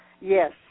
Yes